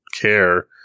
care